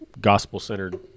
gospel-centered